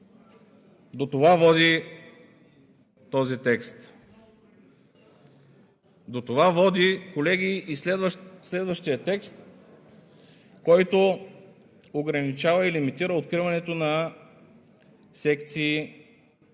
До това води този текст. До това води, колеги, и следващият текст, който ограничава и лимитира откриването на секции